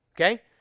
Okay